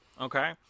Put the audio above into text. Okay